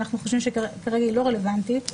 אנחנו חושבים שכרגע היא לא רלוונטית.